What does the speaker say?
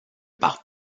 par